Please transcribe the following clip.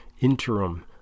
interim